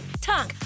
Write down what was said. tongue